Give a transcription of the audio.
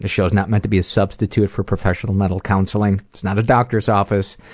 this show is not meant to be a substitute for professional medical counseling, it's not a doctor's office,